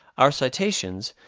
our citations,